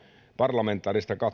parlamentaarista